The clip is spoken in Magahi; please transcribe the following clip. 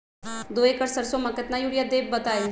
दो एकड़ सरसो म केतना यूरिया देब बताई?